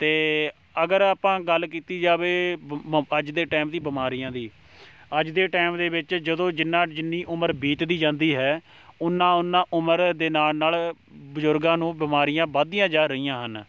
ਅਤੇ ਅਗਰ ਆਪਾਂ ਗੱਲ ਕੀਤੀ ਜਾਵੇ ਬ ਮ ਅੱਜ ਦੇ ਟਾਈਮ ਦੀ ਬਿਮਾਰੀਆਂ ਦੀ ਅੱਜ ਦੇ ਟਾਈਮ ਦੇ ਵਿੱਚ ਜਦੋਂ ਜਿੰਨਾ ਜਿੰਨੀ ਉਮਰ ਬੀਤਦੀ ਜਾਂਦੀ ਹੈ ਉੱਨਾਂ ਉੱਨਾਂ ਉਮਰ ਦੇ ਨਾਲ਼ ਨਾਲ਼ ਬਜ਼ੁਰਗਾਂ ਨੂੰ ਬਿਮਾਰੀਆਂ ਵੱਧਦੀਆਂ ਜਾ ਰਹੀਆਂ ਹਨ